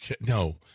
No